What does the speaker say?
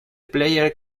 player